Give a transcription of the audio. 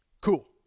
Cool